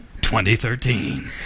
2013